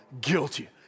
guilty